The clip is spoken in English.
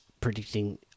predicting